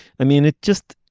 i mean it just